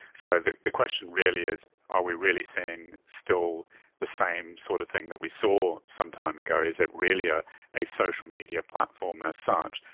so the the question really is are we really seeing still the same sort of thing that we saw some time ago, is it really ah a social media platform as such,